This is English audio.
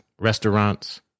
Restaurants